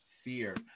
fear